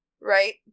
right